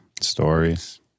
Stories